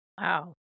wow